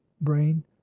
brain